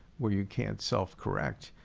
where you can't self correct,